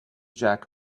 jack